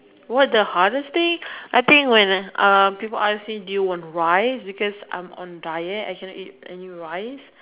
what the hardest thing I think when uh people ask me do you want rice cause I'm on diet I cannot eat any rice